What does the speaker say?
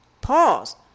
Pause